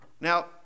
Now